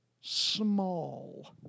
small